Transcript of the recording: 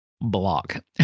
Block